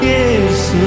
Yes